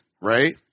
right